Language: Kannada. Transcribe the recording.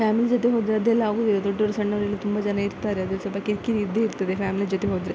ಫ್ಯಾಮಿಲಿ ಜೊತೆ ಹೋದರೆ ಅದೆಲ್ಲ ಆಗುವುದಿಲ್ಲ ದೊಡ್ಡವ್ರು ಸಣ್ಣವರೆಲ್ಲ ತುಂಬ ಜನ ಇರ್ತಾರೆ ಅದು ಸ್ವಲ್ಪ ಕಿರಿಕಿರಿ ಇದ್ದೇ ಇರ್ತದೆ ಫ್ಯಾಮಿಲಿ ಜೊತೆ ಹೋದರೆ